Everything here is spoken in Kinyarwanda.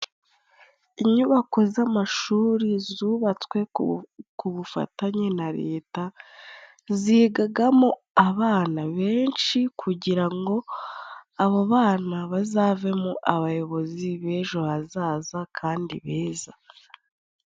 Inyubako z'amashuri zubatswe ku bufatanye na Leta. Zigagamo abana benshi kugira ngo abo bana bazavemo abayobozi b'ejo hazaza kandi beza.